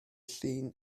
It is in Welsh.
llun